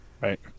Right